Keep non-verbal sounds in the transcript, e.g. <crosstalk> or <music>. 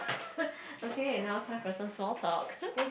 <laughs> okay now it's time for some small talk <laughs>